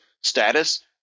status